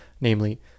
namely